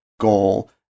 goal